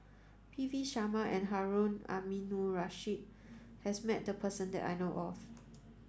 P V Sharma and Harun Aminurrashid has met this person that I know of